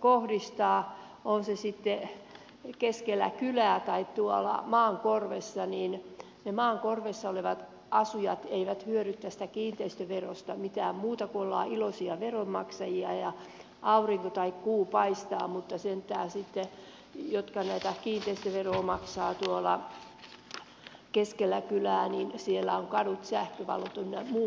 kohdistuu niin on se sitten keskellä kylää tai tuolla maan korvessa että ne maan korvessa olevat asujat eivät hyödy tästä kiinteistöverosta mitään muuta kuin sen että ollaan iloisia veronmaksajia ja aurinko tai kuu paistaa mutta sentään sitten niillä jotka tätä kiinteistöveroa maksavat tuolla keskellä kylää on siellä kadut sähkövalot ynnä muut